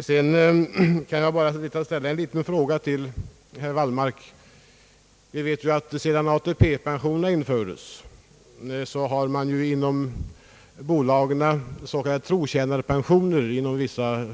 Sedan vill jag ställa en liten fråga till herr Wallmark. Även sedan ATP pensionen införts förekommer inom vissa företag så kallade trotjänarpensioner.